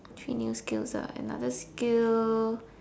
three new skills ah another skill